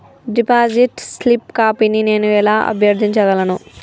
Deposit slip కాపీని నేను ఎలా అభ్యర్థించగలను?